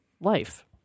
life